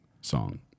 song